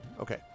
Okay